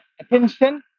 attention